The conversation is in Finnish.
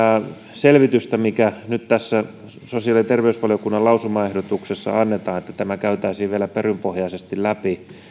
selvitystä mitä nyt tässä sosiaali ja terveysvaliokunnan lausumaehdotuksessa edellytetään että tämä käytäisiin vielä perinpohjaisesti läpi